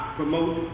promote